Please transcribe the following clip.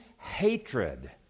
hatred